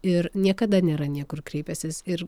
ir niekada nėra niekur kreipęsis ir